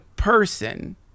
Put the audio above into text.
person